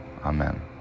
Amen